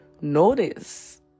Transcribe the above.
notice